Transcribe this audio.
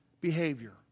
Behavior